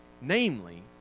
namely